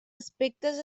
aspectes